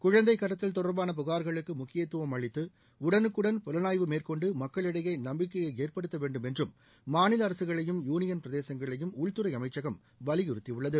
குழந்தை கடத்தல் தொடர்பான புகார்களுக்கு முக்கியத்துவம் அளிதது உடனுக்குடன் புலனாய்வு மேற்கொண்டு மக்களிடையே நம்பிக்கையை ஏற்படுத்தவேண்டும் என்றும் மாநில அரசுகளையும் யூனியன் பிரதேசங்களையும் உள்துறை அமைச்சகம் வலியுறுத்தியுள்ளது